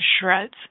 shreds